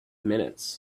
minutes